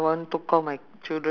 deanna's kitchen